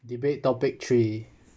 debate topic three